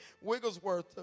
Wigglesworth